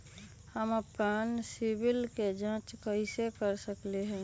हम अपन सिबिल के जाँच कइसे कर सकली ह?